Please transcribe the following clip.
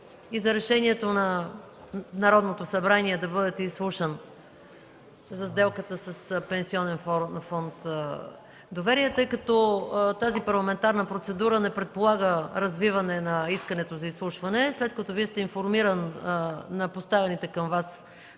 и за решението на Народното събрание да бъдете изслушан за сделката с Пенсионен фонд „Доверие”. Тъй като тази парламентарна процедура не предполага развиване на искането за изслушване, тъй като Вие сте информиран за поставените към Вас